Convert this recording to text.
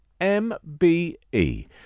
MBE